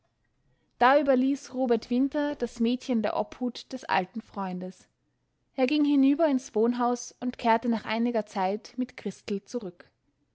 da überließ robert winter das mädchen der obhut des alten freundes er ging hinüber ins wohnhaus und kehrte nach einiger zeit mit christel zurück